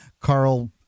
Carl